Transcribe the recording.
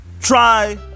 try